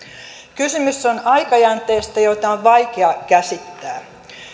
kysymys on aikajänteestä jota on vaikea käsittää